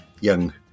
young